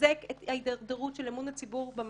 מחזק את ההידרדרות של אמון הציבור במערכת,